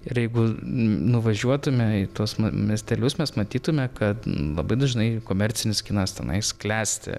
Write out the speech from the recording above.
ir jeigu nuvažiuotume į tuos miestelius mes matytume kad labai dažnai komercinis kinas tanais klesti